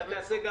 אני רוצה גם